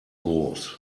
groß